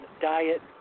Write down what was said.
diet